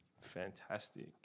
fantastic